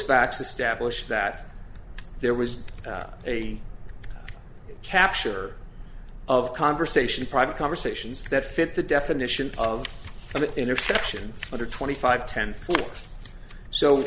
facts establish that there was a capture of conversation private conversations that fit the definition of an interception under twenty five ten fo